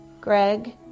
Greg